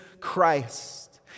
Christ